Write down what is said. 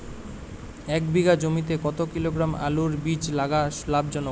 এক বিঘা জমিতে কতো কিলোগ্রাম আলুর বীজ লাগা লাভজনক?